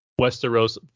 westeros